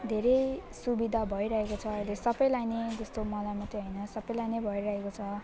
धेरै सुविधा भइरहेको छ अहिले सबैलाई नै त्यस्तो मलाई मात्रै होइन सबैलाई नै भइरहेको छ